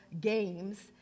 games